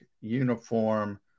uniform